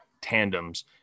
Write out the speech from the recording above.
tandems